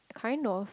kind of